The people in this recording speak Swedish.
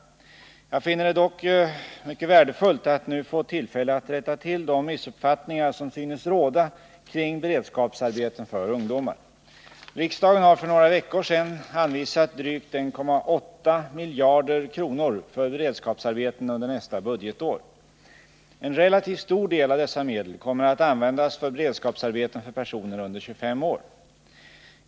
Jag finner det dock mycket värdefullt att nu få tillfälle att rätta till de grova missuppfattningar som synes råda kring beredskapsarbeten för ungdomar. Riksdagen har för några veckor sedan anvisat drygt 1,8 miljarder kronor för beredskapsarbeten under nästa budgetår. En relativt stor del av dessa pengar kommer att användas för beredskapsarbeten för personer under 25 år.